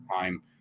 time